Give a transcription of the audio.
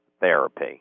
therapy